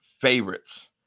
favorites